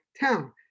Town